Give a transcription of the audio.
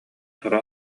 тура